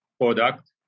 product